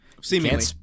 Seemingly